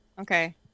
Okay